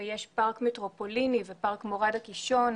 ויש פארק מטרופוליני, פארק מורד הקישון,